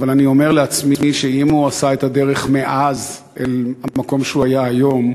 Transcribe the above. אבל אני אומר לעצמי שאם הוא עשה את הדרך מאז אל המקום שהוא בו היום,